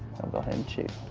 go ahead and shoot.